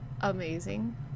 amazing